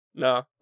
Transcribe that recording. No